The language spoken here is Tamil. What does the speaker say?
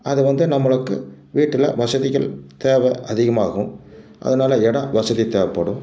அது வந்து நம்மளுக்கு வீட்டில் வசதிகள் தேவை அதிகமாகும் அதனால இடம் வசதி தேவைப்படும்